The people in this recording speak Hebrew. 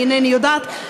אני אינני יודעת,